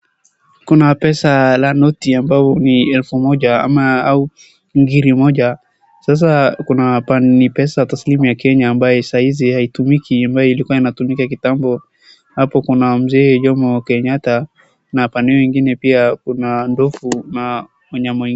Kuna pesa la noti ambalo ni elfu moja au ngiri moja sasa kuna ni pesa ya Kenya ambaye haitumiki ambaye ilikuwa inatumika kitambo. Hapo kuna mzee Jomo Kenyatta na pande hiyo ingine pia kuna ndovu na wanyama.